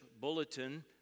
bulletin